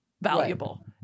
valuable